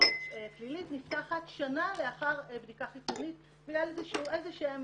פלילית נפתחת שנה לאחר בדיקה חיצונית מאיזה שהן